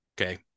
okay